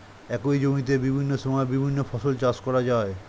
একই জমিতে বিভিন্ন সময়ে বিভিন্ন ফসল চাষ করা যায়